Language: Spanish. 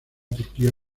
turquía